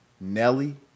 Nelly